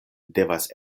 devas